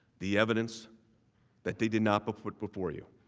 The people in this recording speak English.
the evidence that they did not but put before you